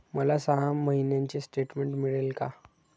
मला सहा महिन्यांचे स्टेटमेंट मिळेल का?